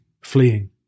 fleeing